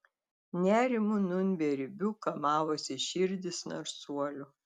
nerimu nūn beribiu kamavosi širdys narsuolių